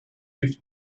with